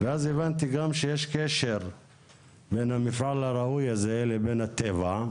אז הבנתי גם שיש קשר בין המפעל הראוי הזה לבין הטבע,